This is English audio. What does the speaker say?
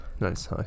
Nice